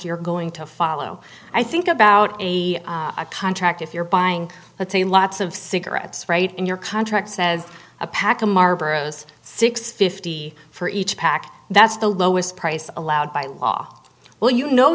you're going to follow i think about a contract if you're buying a team lots of cigarettes right in your contract says a pack of marlboros six fifty for each pack that's the lowest price of allowed by law well you know